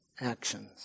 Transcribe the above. actions